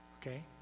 Okay